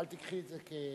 אל תיקחי את זה כדבר,